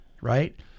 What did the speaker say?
right